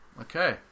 Okay